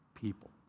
people